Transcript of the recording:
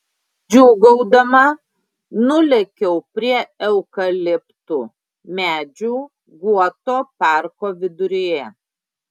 džiūgaudama nulėkiau prie eukaliptų medžių guoto parko viduryje